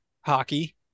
Hockey